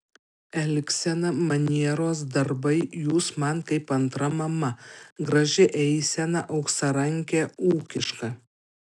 elgsena manieros darbai jūs man kaip antra mama graži eisena auksarankė ūkiška